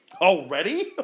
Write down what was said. Already